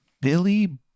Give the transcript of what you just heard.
Billy